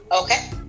Okay